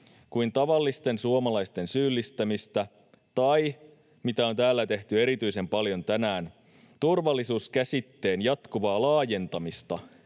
kuin tavallisten suomalaisten syyllistämistä tai, mitä on täällä tehty erityisen paljon tänään, turvallisuus-käsitteen jatkuvaa laajentamista